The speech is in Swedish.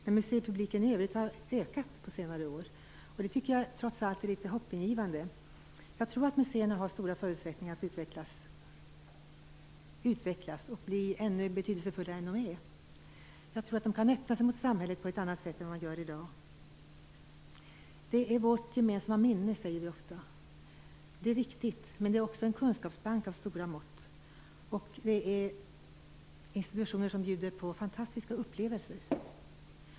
Men museipubliken i övrigt har ökat på senare år, och det tycker jag trots allt är litet hoppingivande. Jag tror att museerna har stora förutsättningar att utvecklas och bli ännu mer betydelsefulla än de är. Jag tror att de kan öppna sig mot samhället på ett annat sätt än vad de gör i dag. Museerna är vårt gemensamma minne, säger vi ofta. Det är riktigt, men de är också en kunskapsbank av stora mått, och de är institutioner som bjuder på fantastiska upplevelser.